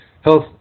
health